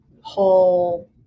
whole